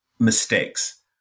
Mistakes